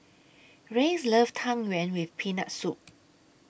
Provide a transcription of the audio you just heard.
Reyes loves Tang Yuen with Peanut Soup